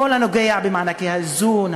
בכל הנוגע למענקי האיזון,